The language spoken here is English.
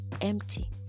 empty